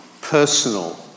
personal